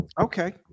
Okay